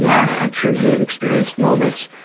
yeah i'm sure you have experienced moments,